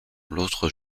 l’autre